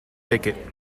thicket